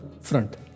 front